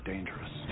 Dangerous